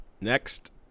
Next